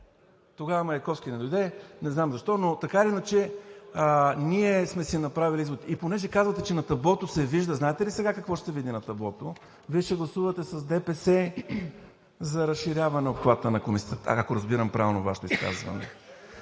Тогава Маяковски не дойде, не знам защо, но така или иначе ние сме си направили извод. Понеже казвате, че на таблото се вижда, знаете ли сега какво ще се види на таблото? Вие ще гласувате с ДПС за разширяване на обхвата на комисията, ако правилно разбирам Вашето изказване.